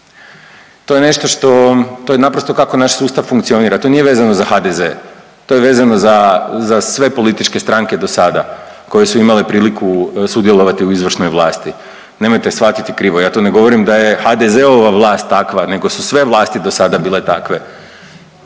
to je nešto što, to je naprosto kako naš sustav funkcionira, to nije vezano za HDZ. To je vezano za, za sve političke stranke dosada koje su imale priliku sudjelovati u izvršnoj vlasti. Nemojte shvatiti krivo, ja tu ne govorim da je HDZ-ova vlast takva, nego su sve vlasti dosada bile takve.